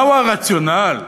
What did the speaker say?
מה הרציונל.